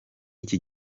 iki